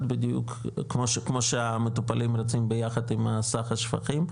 בדיוק כמו שהמטופלים רצים ביחד עם הסך השפכים,